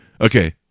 Okay